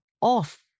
off